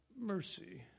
mercy